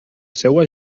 seua